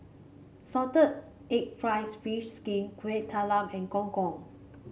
Salted Egg fries fish skin Kuih Talam and Gong Gong